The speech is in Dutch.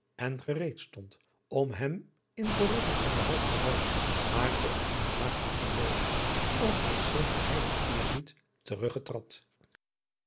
en gereed stond om hem in verrukking om den hals te vallen maar of uit maagdelijke bloôheid of uit zekeren heiligen eerbied